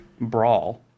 Brawl